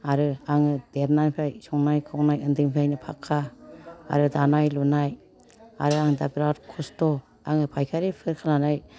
आरो आङो देरनायनिफ्राय संनाय खावनाय उन्दैनिफ्रायनो फाखा आरो दानाय लुनाय आरो आं दा बिराद खस्थ' आङो फायखारिफोर खालामनानै